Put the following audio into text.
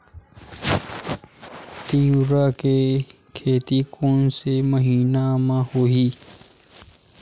तीवरा के खेती कोन से महिना म होही?